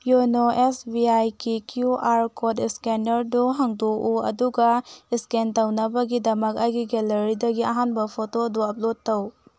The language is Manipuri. ꯌꯣꯅꯣ ꯑꯦꯁ ꯕꯤ ꯑꯥꯏꯒꯤ ꯀꯤꯌꯨ ꯑꯥꯔ ꯀꯣꯗ ꯁ꯭ꯀꯦꯟꯅꯔꯗꯣ ꯍꯥꯡꯗꯣꯛꯎ ꯑꯗꯨꯒ ꯁ꯭ꯀꯦꯟ ꯇꯧꯅꯕꯒꯤꯗꯃꯛ ꯑꯩꯒꯤ ꯒꯦꯂꯔꯤꯗꯒꯤ ꯑꯍꯥꯟꯕ ꯐꯣꯇꯣꯗꯣ ꯑꯞꯂꯣꯗ ꯇꯧ